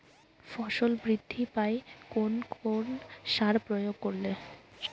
ফসল বৃদ্ধি পায় কোন কোন সার প্রয়োগ করলে?